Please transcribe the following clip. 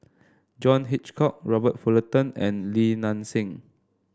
John Hitchcock Robert Fullerton and Li Nanxing